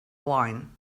wine